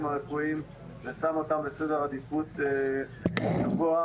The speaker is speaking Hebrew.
הרפואיים ושם אותם בסדר עדיפות גבוה.